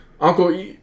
Uncle